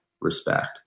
respect